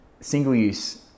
single-use